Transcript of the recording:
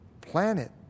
planet